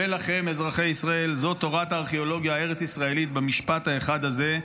ולכם אזרחי ישראל: זאת תורת הארכיאולוגיה הארץ-ישראלית במשפט האחד הזה,